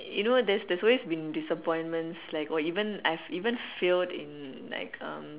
you know there's there's always been disappointments like or even I've even failed like in uh